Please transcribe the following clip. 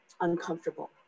uncomfortable